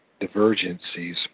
Divergencies